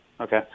Okay